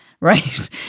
Right